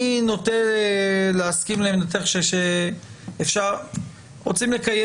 אני נוטה להסכים לעמדתך שרוצים לקיים